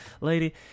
lady